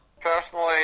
personally